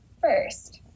first